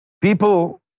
People